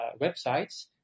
websites